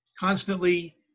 constantly